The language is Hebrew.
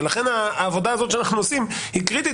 לכן העבודה הזאת שאנחנו עושים היא קריטית